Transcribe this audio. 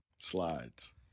Slides